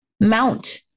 mount